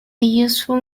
useful